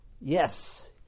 Yes